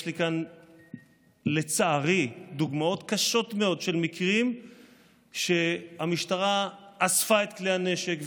יש לי כאן דוגמאות קשות מאוד של מקרים שבהם המשטרה אספה את כלי הנשק,